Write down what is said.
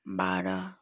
बाह्र